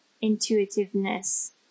intuitiveness